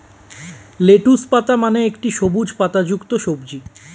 lettuce পাতা মানে একটি সবুজ পাতাযুক্ত সবজি